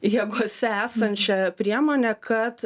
jėgose esančią priemonę kad